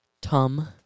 Tom